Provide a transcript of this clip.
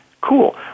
Cool